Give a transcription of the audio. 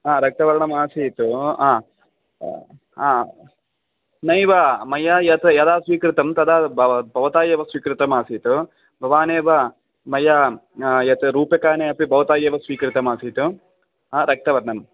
रक्तवर्णम् आसीत् नैव मया यत् यदा स्वीकृतं तदा भवता एव स्वीकृतम् आसीत् भवान् एव मया यत् रूप्यकाणि अपि भवता एव स्वीकृतम् आसीत् रक्तवर्णं